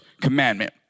commandment